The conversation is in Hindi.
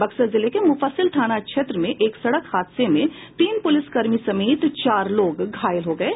बक्सर जिले के मुफस्सिल थाना क्षेत्र में एक सड़क हादसे में तीन पुलिसकर्मी समेत चार लोग घायल हो गये